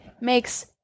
makes